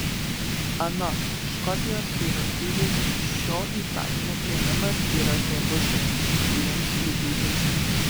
anot škotijos vyriausybės šio įstatymo priėmimas yra svarbus žingsnis link lygių teisių